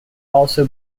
also